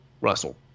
Russell